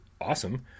awesome